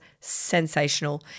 sensational